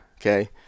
Okay